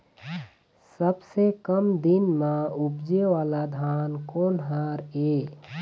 सबसे कम दिन म उपजे वाला धान कोन हर ये?